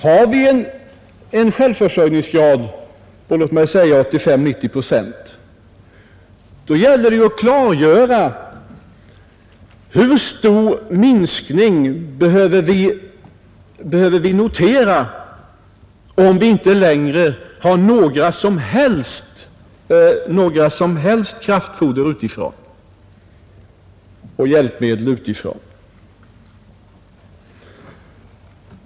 Har vi en självförsörjningsgrad på, låt mig säga, 85—90 procent gäller det ju att klargöra hur stor minskning vi behöver notera, om vi inte längre får några som helst kraftfoder och hjälpmedel utifrån.